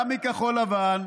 גם מכחול לבן,